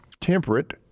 temperate